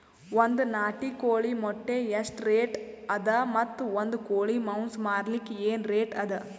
ಒಂದ್ ನಾಟಿ ಕೋಳಿ ಮೊಟ್ಟೆ ಎಷ್ಟ ರೇಟ್ ಅದ ಮತ್ತು ಒಂದ್ ಕೋಳಿ ಮಾಂಸ ಮಾರಲಿಕ ಏನ ರೇಟ್ ಅದ?